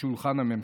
משולחן הממשלה.